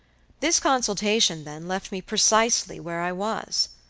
this consultation, then, left me precisely where i was.